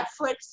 Netflix